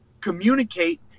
communicate